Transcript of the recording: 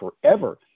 forever